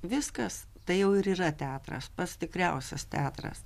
viskas tai jau ir yra teatras pats tikriausias teatras